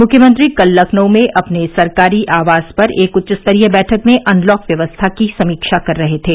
मुख्यमंत्री कल लखनऊ में अपने सरकारी आवास पर एक उच्च स्तरीय बैठक में अनलॉक व्यवस्था की समीक्षा कर रहे थे